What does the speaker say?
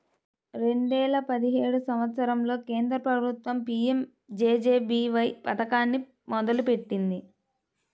రెండేల పదిహేను సంవత్సరంలో కేంద్ర ప్రభుత్వం పీయంజేజేబీవై పథకాన్ని మొదలుపెట్టింది